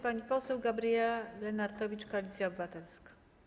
Pani poseł Gabriela Lenartowicz, Koalicja Obywatelska.